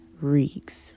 reeks